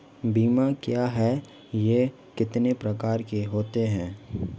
बीमा क्या है यह कितने प्रकार के होते हैं?